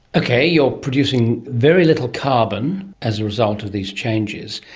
okay, you're producing very little carbon as a result of these changes.